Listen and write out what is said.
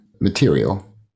material